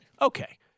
Okay